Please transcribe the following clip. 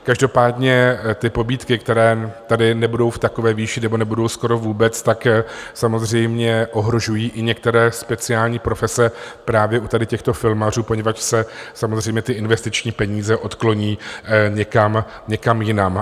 Každopádně ty pobídky, které tady nebudou v takové výši, nebo nebudou skoro vůbec, tak samozřejmě ohrožují i některé speciální profese právě u tady těchto filmařů, protože se samozřejmě ty investiční peníze odkloní někam jinam.